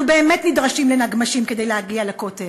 אנחנו באמת נדרשים לנגמ"שים כדי להגיע לכותל.